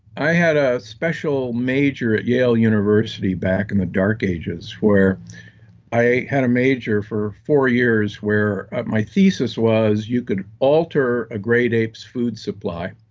i had a special major at yale university back in the dark ages where i had a major for four years were my thesis was you could alter a great ape's food supply,